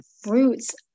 fruits